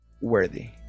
worthy